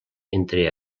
entre